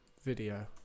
video